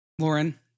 Lauren